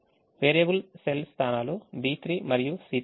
variable cell స్థానాలు B3 మరియు C3